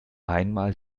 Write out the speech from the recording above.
einmal